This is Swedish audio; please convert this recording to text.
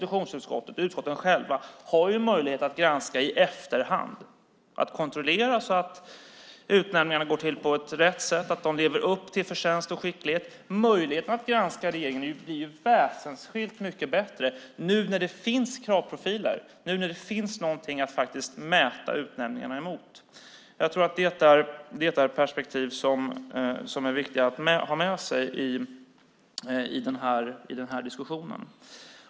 Utskotten själva har ju möjlighet att i efterhand granska och kontrollera att utnämningarna gått till på rätt sätt, att de lever upp till kravet på förtjänst och skicklighet. Möjligheten att granska regeringen blir väsensskilt mycket bättre nu när det finns kravprofiler, nu när det finns något att faktiskt mäta utnämningarna emot. Jag tror att det är perspektiv som är viktiga att ha med sig i den här diskussionen.